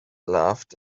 laughed